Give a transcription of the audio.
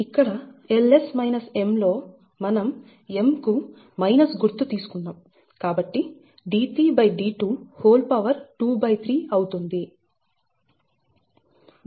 ఇక్కడ Ls M లో మనం M కు మైనస్ గుర్తు తీసుకున్నాం కాబట్టి d3d223 అవుతుంది